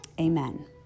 amen